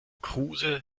kruse